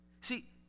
See